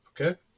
Okay